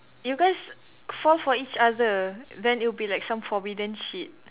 you guys fall for each other then it'll be like some forbidden shit